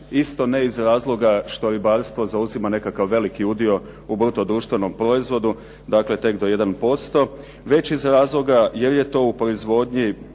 isto ne iz razloga što ribarstvo zauzima nekakav veliki udio u bruto društvenom proizvodu, dakle tek do 1%, već iz razloga jer je u toj proizvodnji